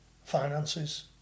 finances